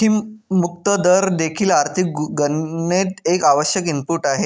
जोखीम मुक्त दर देखील आर्थिक गणनेत एक आवश्यक इनपुट आहे